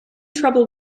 trouble